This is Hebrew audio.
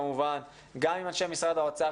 גם עם אנשי משרד האוצר,